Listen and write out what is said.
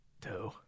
Two